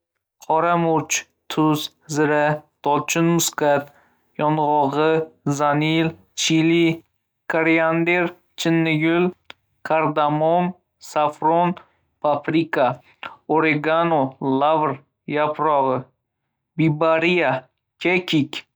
Qora murch, tuz, zira, dolchin, muskat yong‘og‘i, vanil, chili, koriander, chinnigul, kardamom, safron, paprika, oregano, lavr yaprog‘i, bibariya, kekik.